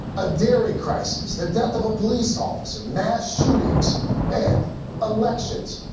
a dairy crisis, the death of a police officer, mass shootings and elections.